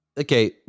okay